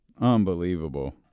Unbelievable